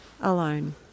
alone